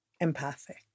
empathic